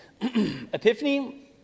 Epiphany